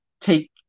Take